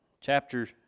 Chapter